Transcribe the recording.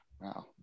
wow